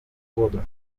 года